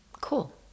cool